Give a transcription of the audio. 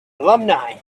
alumni